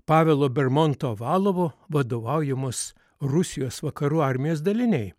pavelo bermonto valovo vadovaujamos rusijos vakarų armijos daliniai